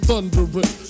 Thundering